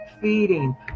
feeding